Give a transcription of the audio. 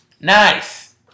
Nice